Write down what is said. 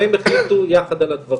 והם החליטו ביחד על הדברים.